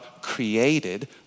created